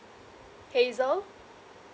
hazel